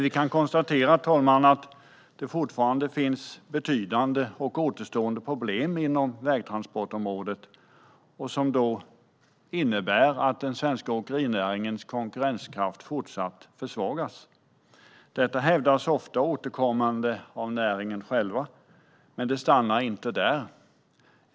Vi kan dock konstatera att det fortfarande finns betydande och återstående problem inom vägtransportområdet som innebär att den svenska åkerinäringens konkurrenskraft fortsätter att försvagas. Detta hävdas ofta och återkommande av näringen själv, men det stannar inte där.